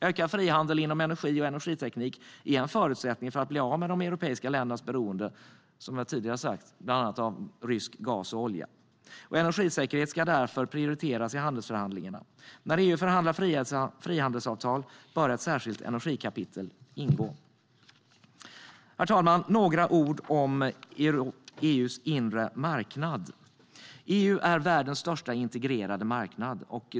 Ökad frihandel inom energi och energiteknik är en förutsättning för att bli av med de europeiska ländernas beroende av bland annat rysk gas och olja, som jag tidigare sagt. Energisäkerhet ska därför prioriteras i handelsförhandlingarna. När EU förhandlar frihandelsavtal bör ett särskilt energikapitel ingå. Herr talman! Jag ska säga några ord om EU:s inre marknad. EU är världens största integrerade marknad.